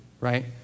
right